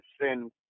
sin